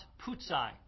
putzai